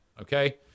okay